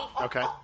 Okay